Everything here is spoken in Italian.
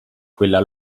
quella